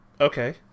Okay